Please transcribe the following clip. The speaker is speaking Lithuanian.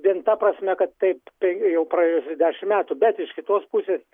vien ta prasme kad taip tai jau praėjus dešim metų bet iš kitos pusės